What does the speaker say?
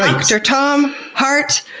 dr. tom hart.